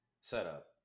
setup